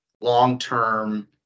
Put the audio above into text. long-term